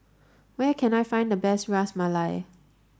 where can I find the best Ras Malai